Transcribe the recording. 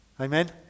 Amen